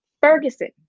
Ferguson